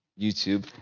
YouTube